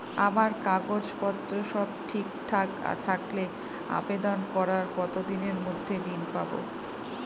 আমার কাগজ পত্র সব ঠিকঠাক থাকলে আবেদন করার কতদিনের মধ্যে ঋণ পাব?